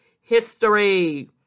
history